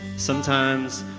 sometimes,